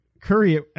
curry